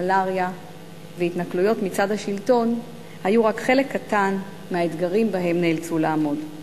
מלריה והתנכלויות מצד השלטון היו רק חלק קטן מהאתגרים שבהם נאלצו לעמוד.